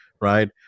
right